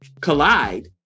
collide